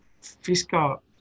fiscal